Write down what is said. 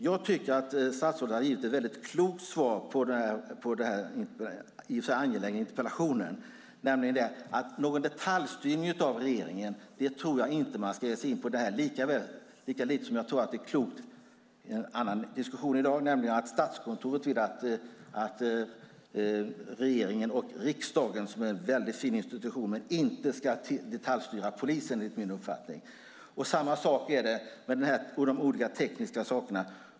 Jag tycker att statsrådet har givit ett klokt svar på den i och för sig angelägna interpellationen, nämligen att regeringen inte ska ge sig in på någon detaljstyrning, lika lite som jag tror att det är klokt att - en annan diskussion i dag - som Statskontoret vill, låta regeringen och riksdagen, som är en väldigt fin institution, detaljstyra polisen. Samma sak är det med de olika tekniska sakerna.